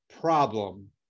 problem